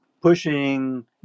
pushing